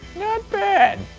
not bad!